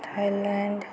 Thailand